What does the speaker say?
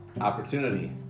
opportunity